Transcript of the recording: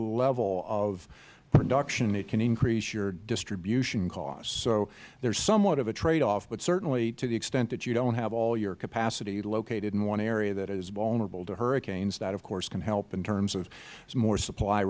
level of production it can increase your distribution costs so there is somewhat of a trade off but certainly to the extent that you do not have all your capacity located in one area that is vulnerable to hurricanes that of course can help in terms of more supply